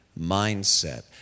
mindset